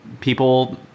people